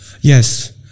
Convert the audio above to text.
Yes